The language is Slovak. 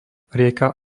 rieka